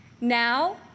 Now